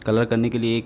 colour करने के लिए एक